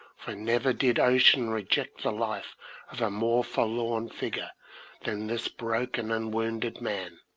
for never did ocean reject the life of a more forlorn figure than this broken and wounded man,